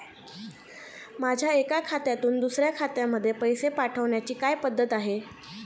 माझ्या एका खात्यातून दुसऱ्या खात्यामध्ये पैसे पाठवण्याची काय पद्धत आहे?